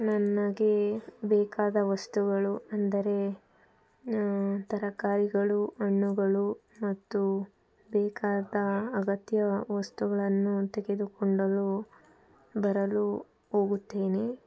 ನನಗೆ ಬೇಕಾದ ವಸ್ತುಗಳು ಅಂದರೆ ತರಕಾರಿಗಳು ಹಣ್ಣುಗಳು ಮತ್ತು ಬೇಕಾದ ಅಗತ್ಯ ವಸ್ತುಗಳನ್ನು ತೆಗೆದುಕೊಡಲು ಬರಲು ಹೋಗುತ್ತೇನೆ